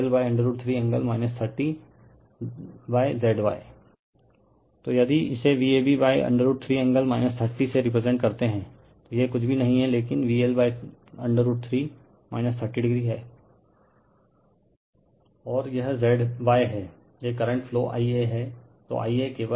refer slide time 2733 तो यदि इसे Vab 3 एंगल 30 से रिप्रेजेंट करते है तो यह कुछ भी नहीं है लेकिन VL√3 30o है और यह Zy है यह करंट फ्लो I a है